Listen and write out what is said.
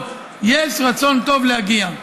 להם, יש רצון טוב להגיע.